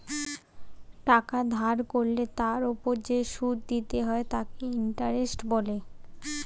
টাকা ধার করলে তার ওপর যে সুদ দিতে হয় তাকে ইন্টারেস্ট বলে